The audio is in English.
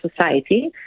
society